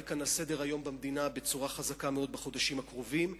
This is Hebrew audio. כאן על סדר-היום במדינה בצורה חזקה מאוד בחודשים הקרובים,